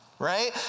Right